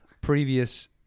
Previous